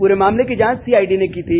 पूरे मामले की जांच सीआईडी ने की थी